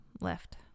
left